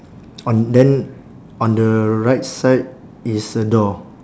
on then on the right side is a door